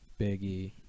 Biggie